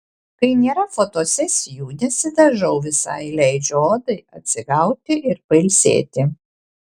kai nėra fotosesijų nesidažau visai leidžiu odai atsigauti ir pailsėti